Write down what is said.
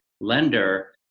lender